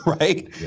right